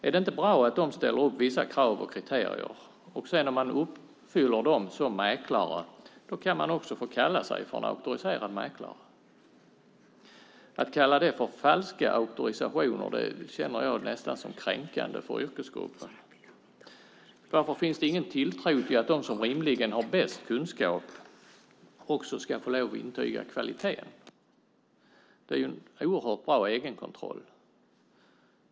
Är det inte bra att de ställer upp vissa krav och kriterier och att man om man uppfyller dem som mäklare kan få kalla sig auktoriserad mäklare? Att kalla detta för falska auktorisationer är nästan kränkande för yrkesgruppen. Varför finns det ingen tilltro till att de som rimligen har bäst kunskap också ska få lov att intyga kvaliteten? Det är ju en oerhört bra egenkontroll.